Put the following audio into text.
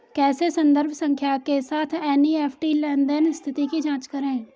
कैसे संदर्भ संख्या के साथ एन.ई.एफ.टी लेनदेन स्थिति की जांच करें?